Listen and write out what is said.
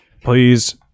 please